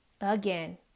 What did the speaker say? Again